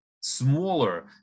smaller